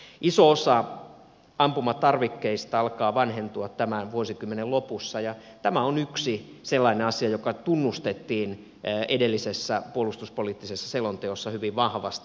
iso osa ampumatarvikkeista alkaa vanhentua tämän vuosikymmenen lopussa ja tämä on yksi sellainen asia joka tunnustettiin edellisessä puolustuspoliittisessa selonteossa hyvin vahvasti